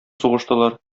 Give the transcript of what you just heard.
сугыштылар